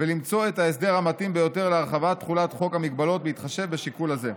ולמצוא את ההסדר המתאים ביותר להרחבת תחולת חוק המגבלות בהתחשב בשיקול הזה.